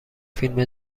فیلم